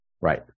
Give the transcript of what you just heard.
right